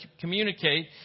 communicate